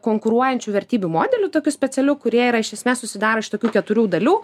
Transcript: konkuruojančių vertybių modeliu tokiu specialiu kurie yra iš esmės susidaro iš tokių keturių dalių